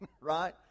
right